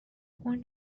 اون